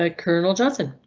ah colonel johnson.